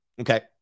Okay